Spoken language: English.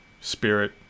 spirit